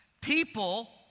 people